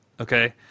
okay